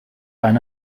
eine